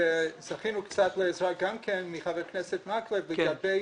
זכינו קצת לעזרה גם מחבר הכנסת מקלב לגבי